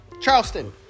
Charleston